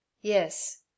Yes